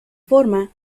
forma